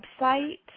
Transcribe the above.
website